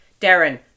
Darren